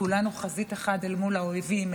כולנו חזית אחת אל מול האויבים,